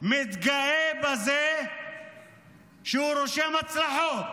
מתגאה בזה שהוא רושם הצלחות.